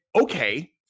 okay